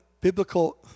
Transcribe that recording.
biblical